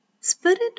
Spirit